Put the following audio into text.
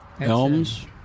Elms